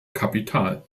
kapital